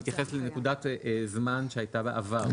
להתייחס לנקודת זמן שהייתה בעבר.